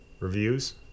Reviews